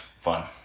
fun